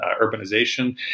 urbanization